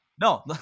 No